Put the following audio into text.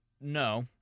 no